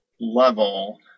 level